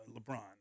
LeBron